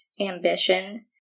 ambition